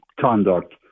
conduct